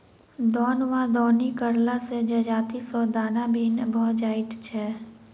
दौन वा दौनी करला सॅ जजाति सॅ दाना भिन्न भ जाइत छै